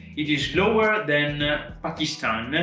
it is lower than pakistan,